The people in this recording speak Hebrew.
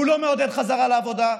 והוא לא מעודד חזרה לעבודה,